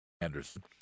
Anderson